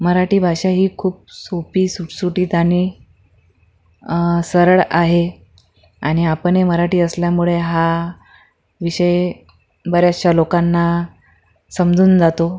मराठी भाषा ही खूप सोपी सुटसुटीत आणि सरळ आहे आणि आपणही मराठी असल्यामुळे हा विषय बऱ्याचशा लोकांना समजून जातो